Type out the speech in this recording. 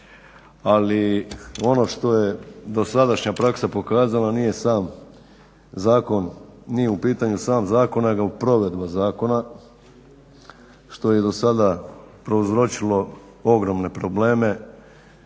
ali ono što je dosadašnja praksa pokazala nije u pitanju sam zakon nego provedba zakona što je i dosada prouzročilo ogromne probleme.